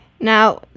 Now